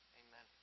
amen